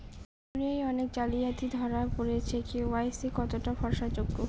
দুনিয়ায় অনেক জালিয়াতি ধরা পরেছে কে.ওয়াই.সি কতোটা ভরসা যোগ্য?